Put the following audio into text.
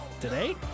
today